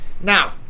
Now